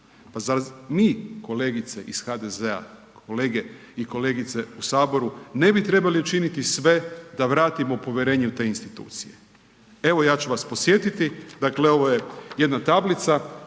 zar mi kolegice iz HDZ-a, kolege i kolege u saboru ne bi trebali učiniti sve da vratimo povjerenje u te institucije. Evo ja ću vas podsjetiti, dakle ovo je jedna tablica